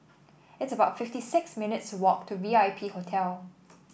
it's about fifty six minutes' walk to V I P Hotel